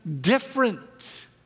different